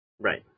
Right